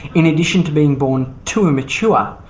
in addition to being born too immature,